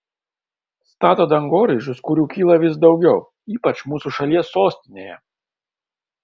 stato dangoraižius kurių kyla vis daugiau ypač mūsų šalies sostinėje